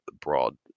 broad